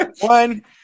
One